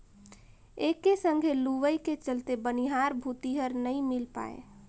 एके संघे लुवई के चलते बनिहार भूतीहर नई मिल पाये